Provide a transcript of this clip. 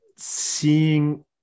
seeing